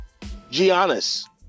Giannis